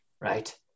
Right